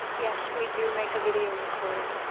yes, we do make a video recording.